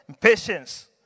patience